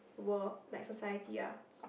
world like society ah